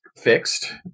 fixed